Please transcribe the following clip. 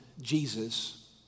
Jesus